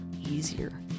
easier